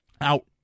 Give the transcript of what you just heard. out